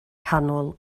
canol